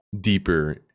deeper